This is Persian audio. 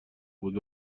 بود